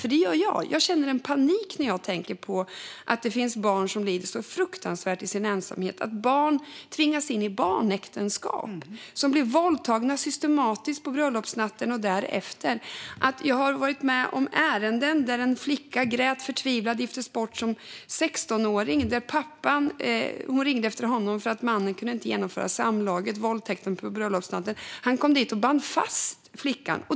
För det gör jag - jag känner en panik när jag tänker på att det finns barn som lider så fruktansvärt i sin ensamhet. Barn tvingas in i barnäktenskap och blir systematiskt våldtagna på bröllopsnatten och därefter. Jag har varit med om ärenden där en flicka grät förtvivlat. Hon giftes bort som 16-åring, och hon ringde efter pappan för att mannen inte kunde genomföra samlaget, våldtäkten, på bröllopsnatten. Pappan kom dit och band fast flickan.